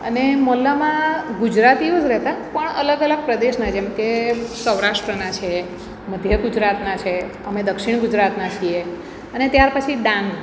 અને મહોલ્લામાં ગુજરાતીઓ જ રહેતા પણ અલગ અલગ પ્રદેશના જેમ કે સૌરાષ્ટ્રના છે મધ્ય ગુજરાતના છે અમે દક્ષિણ ગુજરાતના છીએ અને ત્યાર પછી ડાંગ